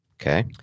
Okay